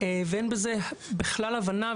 ואין בזה בכלל הבנה.